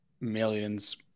millions